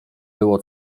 było